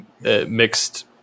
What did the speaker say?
mixed